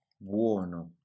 buono